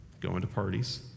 going-to-parties